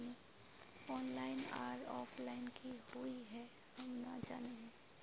Online आर offline की हुई है हम ना जाने?